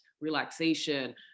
relaxation